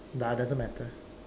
nah doesn't matter